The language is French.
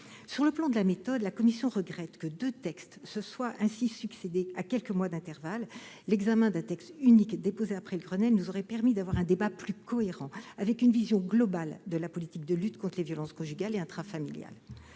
Sur le plan de la méthode, la commission regrette que deux textes se soient ainsi succédé à quelques mois d'intervalle. L'examen d'un texte unique, déposé après le Grenelle, nous aurait permis d'avoir un débat plus cohérent, avec une vision globale de la politique de lutte contre les violences conjugales et intrafamiliales.